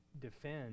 defend